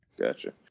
Gotcha